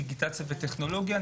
דיגיטציה וטכנולוגיה,